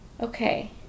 Okay